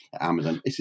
Amazon